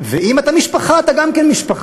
ואם אתה משפחה, אתה גם כן משפחה.